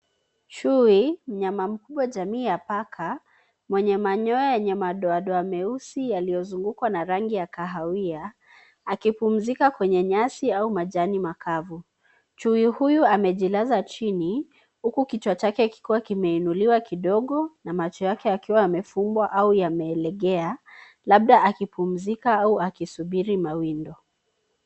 Chui mnyama mkubwa jamii ya paka mwenye manyoya yenye madoadoa meusi yaliyozugukwa na rangi ya kahawia akipumzika kwenye nyasi au majani makavu. Chui huyu amejilaza chini huku kichwa chake kikiwa kimeinuliwa kidogo na macho yake yakiwa yamefungwa au yamelegea labda akipumzika au akisubiri mawindo.